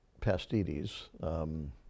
Pastides